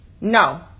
No